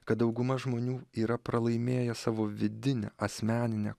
kad dauguma žmonių yra pralaimėję savo vidinę asmeninę